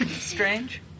Strange